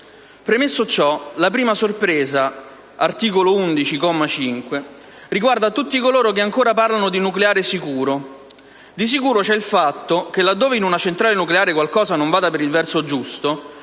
Premesso ciò, la prima sorpresa (articolo 11, comma 5) riguarda tutti coloro che ancora parlano di nucleare sicuro. Di sicuro c'è il fatto che, laddove in una centrale nucleare qualcosa non vada per il verso giusto,